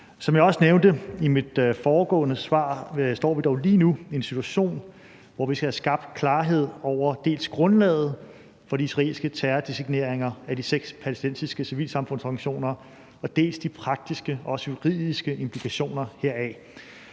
Som jeg også nævnte i mit foregående svar, står vi dog lige nu i en situation, hvor vi skal have skabt klarhed over dels grundlaget for de israelske terrordesigneringer af de seks palæstinensiske civilsamfundsorganisationer, dels de praktiske og også juridiske implikationer heraf.